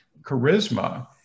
charisma